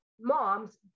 moms